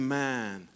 man